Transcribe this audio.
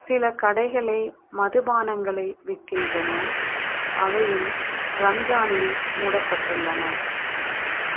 சில கடைகளே மது பானங்களை விற்கின்றன அவையும் ரம்ஜானில் மூடப்பட்டுள்ளன